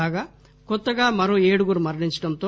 కాగా కొత్తగా మరో ఏడుగురు మరణించటంతో